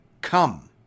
Come